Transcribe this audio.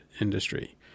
industry